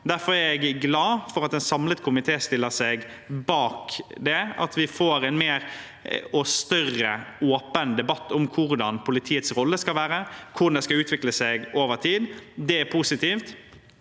Derfor er jeg glad for at en samlet komité stiller seg bak det, at vi får en større og mer åpen debatt om hvordan politiets rolle skal være, og hvordan den skal utvikle seg over tid. Det er positivt.